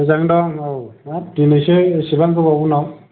मोजां दं औ हाब दिनैसो इसिबां गोबावनि उनाव